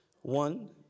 One